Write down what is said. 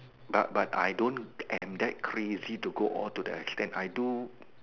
but but I don't am that crazy to go all to the extent I do